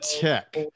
Tech